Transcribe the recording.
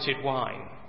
wine